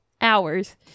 Hours